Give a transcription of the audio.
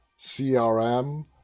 crm